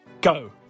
Go